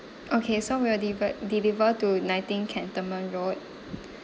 okay so we'll divert deliver to nineteen cantonment road